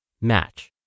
Match